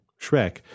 Shrek